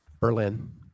Berlin